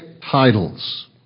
titles